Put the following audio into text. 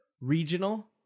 Regional